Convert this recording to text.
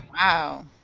Wow